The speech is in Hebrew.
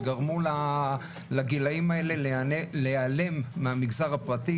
וגרמו לגילאים האלה להעלם מהמגזר הפרטי,